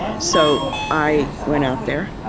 so i went out there,